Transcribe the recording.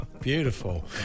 Beautiful